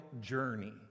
journey